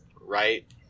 Right